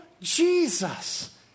Jesus